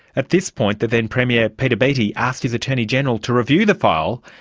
at this point the then premier peter beattie asked his attorney general to review the file,